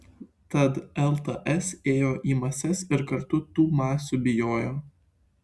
tad lts ėjo į mases ir kartu tų masių bijojo